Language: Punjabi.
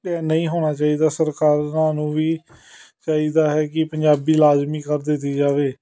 ਇਹ ਨਹੀਂ ਹੋਣਾ ਚਾਹੀਦਾ ਸਰਕਾਰਾਂ ਨੂੰ ਵੀ ਚਾਹੀਦਾ ਹੈ ਕਿ ਪੰਜਾਬੀ ਲਾਜ਼ਮੀ ਕਰ ਦਿੱਤੀ ਜਾਵੇ